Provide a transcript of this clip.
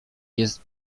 jest